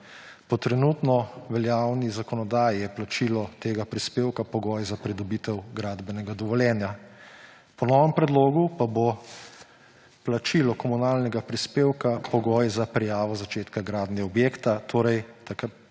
Po trenutno veljavni zakonodaji je plačilo tega prispevka pogoj za pridobitev gradbenega dovoljenja. Po novem predlogu pa bo plačilo komunalnega prispevka pogoj za prijavo začetka gradnje objekta, torej tik